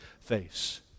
face